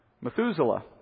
Methuselah